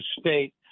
state